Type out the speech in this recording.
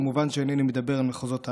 ומובן שאינני מדבר על מחוזות העלילה,